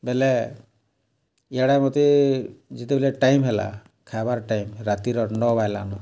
ବେଲେ ଇଆଡ଼େ ମତେ ଯେତେବେଲେ ଟାଇମ୍ ହେଲା ଖାଏବାର୍ ଟାଇମ୍ ରାତିର ନଅ ବାଜ୍ଲାନ